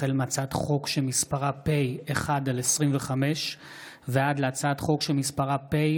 החל בהצעת חוק פ/1/25 וכלה בהצעת חוק פ/250/25: